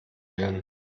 lernen